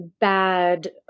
bad